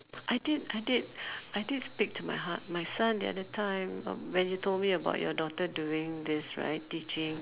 I did I did I did speak to my ha~ my son the other time when you told me about your daughter doing this right teaching